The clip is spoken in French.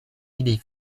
idée